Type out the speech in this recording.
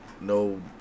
no